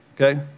okay